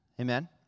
Amen